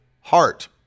heart